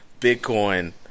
Bitcoin